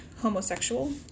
homosexual